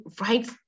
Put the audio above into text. right